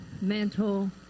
mental